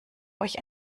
euch